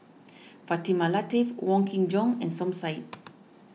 Fatimah Lateef Wong Kin Jong and Som Said